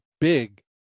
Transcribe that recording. big